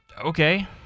okay